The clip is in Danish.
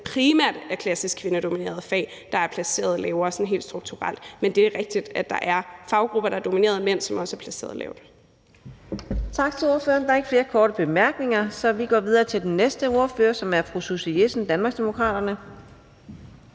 primært er klassisk kvindedominerede fag, der er placeret lavere sådan helt strukturelt, men det er rigtigt, at der er faggrupper, der er domineret af mænd, som også er placeret lavt.